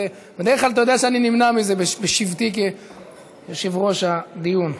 בדרך כלל אתה יודע שאני נמנע מזה בשבתי כיושב-ראש הדיון.